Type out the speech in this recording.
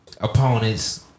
opponents